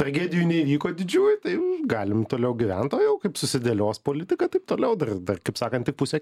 tragedijų neįvyko didžiųjų tai galim toliau gyvent o jau kaip susidėlios politika taip toliau dar kaip sakant tik pusė